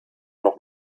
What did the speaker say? noch